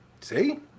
See